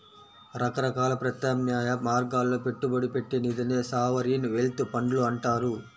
రకరకాల ప్రత్యామ్నాయ మార్గాల్లో పెట్టుబడి పెట్టే నిధినే సావరీన్ వెల్త్ ఫండ్లు అంటారు